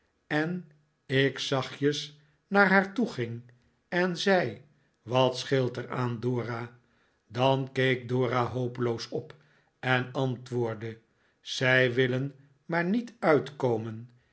en ik zachtjes naar haar toe ging en zei wat scheelt er aan dora dan keek dora hopeloos op en antwoordde zij willen maar niet uitkomen